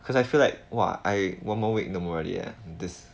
because I feel like !wah! I one more week no more already leh this